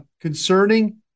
concerning